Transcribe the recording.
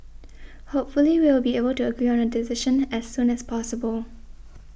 hopefully we will be able to agree on a decision as soon as possible